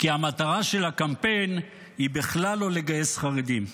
כי המטרה של הקמפיין היא בכלל לא לגייס חרדים.